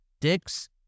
dicks